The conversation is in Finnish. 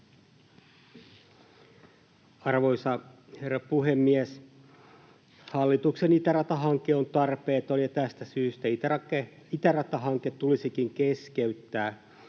Arvoisa herra puhemies! Hallituksen itäratahanke on tarpeeton, ja tästä syystä itäratahanke tulisikin keskeyttää.